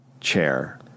Chair